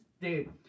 dude